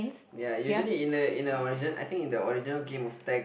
ya usually in a in a original I think in a original game of tag